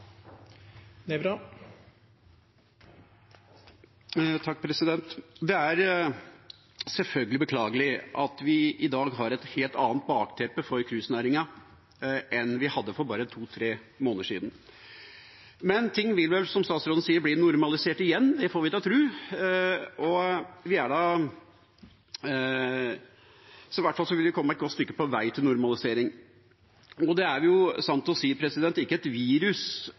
beklagelig at vi i dag har et helt annet bakteppe for cruisenæringen enn vi hadde for bare to–tre måneder siden. Men ting vil vel, som statsråden sier, bli normalisert igjen – det får vi tro. I hvert fall vil vi komme et godt stykke på vei til normalisering. Det er sant å si ikke et virus’